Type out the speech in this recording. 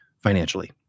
financially